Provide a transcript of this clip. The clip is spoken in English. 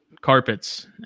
carpets